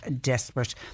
desperate